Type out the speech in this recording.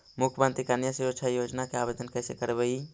मुख्यमंत्री कन्या सुरक्षा योजना के आवेदन कैसे करबइ?